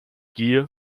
gier